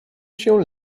się